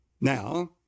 Now